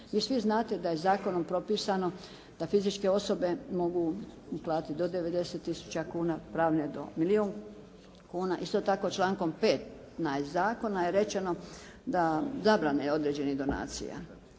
Vi svi znate da je zakonom propisano da fizičke osobe mogu uplatiti do 90 tisuća kuna, pravne do milijun kuna. Isto tako člankom 15. zakona je rečeno da zabrane određenih donacija.